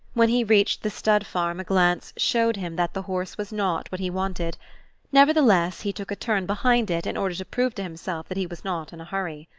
when he reached the stud-farm a glance showed him that the horse was not what he wanted nevertheless he took a turn behind it in order to prove to himself that he was not in a hurry.